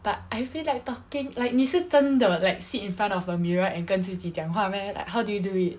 but I feel like talking like 你是真的 like sit in front of the mirror 跟自己讲话 meh like how do you do it